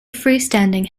freestanding